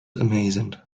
amazing